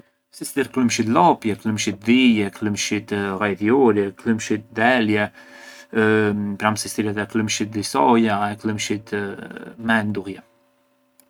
Sistir klëmshit lopje, klëmshit dhije, klëmshit ghajdhiuri, klëmshit delje, pran sistir edhe klëmshit di soia, klëmshit mendullje.